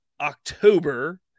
October